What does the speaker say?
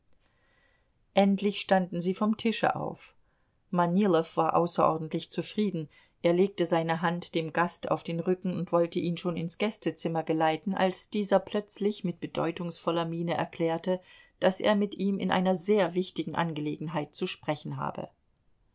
endlich standen sie vom tische auf manilow war außerordentlich zufrieden er legte seine hand dem gast auf den rücken und wollte ihn schon ins gastzimmer geleiten als dieser plötzlich mit bedeutungsvoller miene erklärte daß er mit ihm in einer sehr wichtigen angelegenheit zu sprechen habe